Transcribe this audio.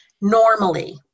normally